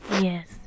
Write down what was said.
Yes